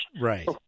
Right